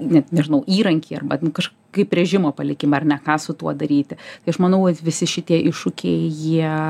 net nežinau įrankį arba kaž kaip režimo palikimą ar ne ką su tuo daryti tai aš manau visi šitie iššūkiai jie